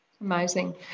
Amazing